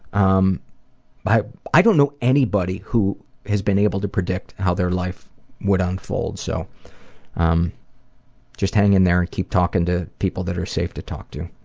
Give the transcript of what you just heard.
um i don't i don't know anybody who has been able to predict how their life would unfold. so um just hang in there. and keep talking to people that are safe to talk to.